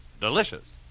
delicious